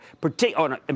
particularly